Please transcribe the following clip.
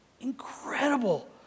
incredible